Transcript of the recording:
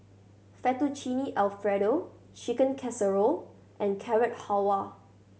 Fettuccine Alfredo Chicken Casserole and Carrot Halwa